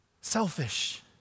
Selfish